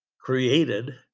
created